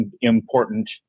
important